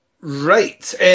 right